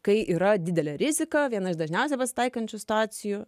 kai yra didelė rizika viena iš dažniausiai pasitaikančių situacijų